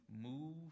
move